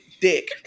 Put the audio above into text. dick